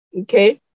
Okay